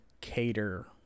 cater